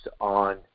on